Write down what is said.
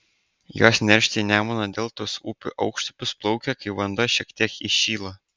jos neršti į nemuno deltos upių aukštupius plaukia kai vanduo šiek tiek įšyla